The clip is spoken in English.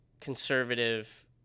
conservative